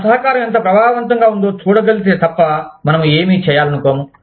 మన సహకారం ఎంత ప్రభావవంతంగా వుందో చూడ కలిగితే తప్ప మనం ఏమి చేయాలనుకోము